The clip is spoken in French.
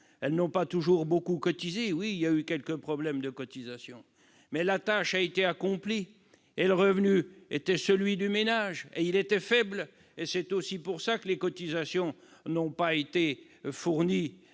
elles n'ont pas toujours beaucoup cotisé. Certes, il y a eu quelques problèmes de cotisation, mais la tâche a été accomplie. Le revenu était celui du ménage et il était faible. C'est aussi pour cette raison que les cotisations n'ont pas été payées